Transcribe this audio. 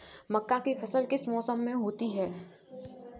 मक्का की फसल किस मौसम में होती है?